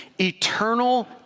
eternal